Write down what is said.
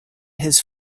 his